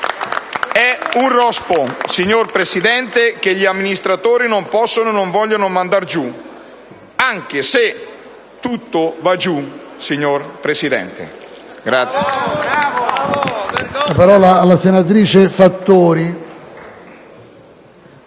È un rospo, signor Presidente, che gli amministratori non possono e non vogliono mandare giù, anche se tutto va giù, signor Presidente.